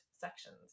sections